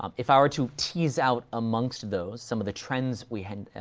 um if i were to tease out amongst those some of the trends we had, ah,